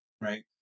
right